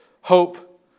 hope